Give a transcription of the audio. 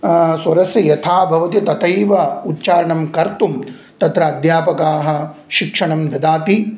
स्वरस्य यथा भवति तथैव उच्चारणं कर्तुं तत्र अध्यापकाः शिक्षणं ददाति